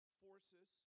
forces